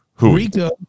Rico